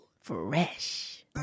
Fresh